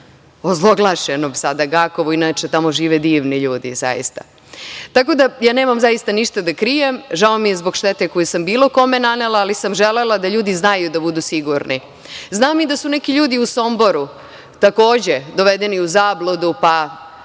ozloglašenom sada Gakovu, inače tamo žive divni ljudi, zaista. Ja nemam zaista ništa da krijem. Žao mi je zbog štete koju sam bilo kome nanela, ali sam želela da ljudi znaju da budu sigurni. Znam i da su neki ljudi u Somboru, takođe, dovedeni u zabludu, pa